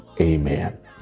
amen